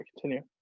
continue